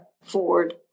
Ford